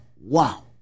Wow